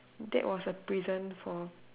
that was a prison for